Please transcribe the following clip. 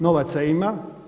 Novaca ima.